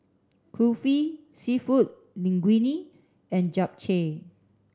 Kulfi Seafood Linguine and Japchae